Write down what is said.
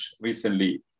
recently